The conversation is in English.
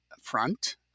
front